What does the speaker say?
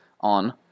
on